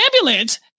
ambulance